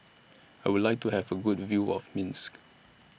I Would like to Have A Good View of Minsk